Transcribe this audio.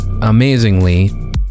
amazingly